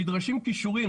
נדרשים כישורים,